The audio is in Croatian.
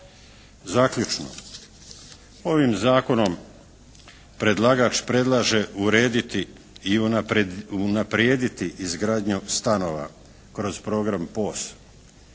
Zaključno. Ovim zakonom predlagač predlaže urediti i unaprijediti izgradnju stanova kroz Program POS